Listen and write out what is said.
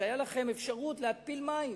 כשהיתה לכם אפשרות להתפיל מים?